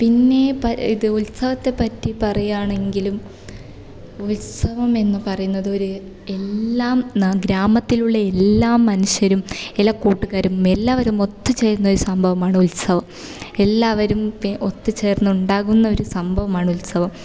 പിന്നെ ഇത് ഉത്സവത്തെ പറ്റി പറയുകയാണെങ്കിലും ഉത്സവം എന്ന് പറയുന്നത് ഒരു എല്ലാം ഗ്രാമത്തിലുള്ള എല്ലാ മനുഷ്യരും എല്ലാ കൂട്ടുകാരും എല്ലാവരും ഒത്തു ചേരുന്ന ഒരു സംഭവമാണ് ഉത്സവം എല്ലാവരും ഒത്തു ചേര്ന്നുണ്ടാകുന്ന ഒരു സംഭവമാണ് ഉത്സവം